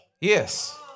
Yes